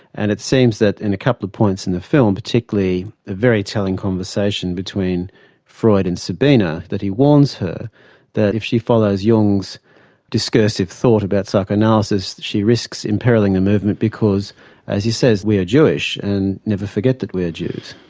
and it seems that in a couple of points in the film, particularly a very telling conversation between freud and sabina, that he warns her that if she follows jung's discursive thought about psychoanalysis she risks imperilling the movement because as he says we are jewish and never forget that we are jews.